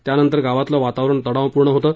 त्यानंतर गावातलं वातावरण तणावपूर्ण होतं